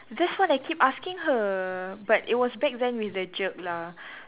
that's why I keep asking her but it was back then with the jerk lah